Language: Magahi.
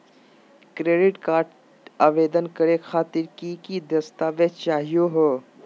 क्रेडिट कार्ड आवेदन करे खातिर की की दस्तावेज चाहीयो हो?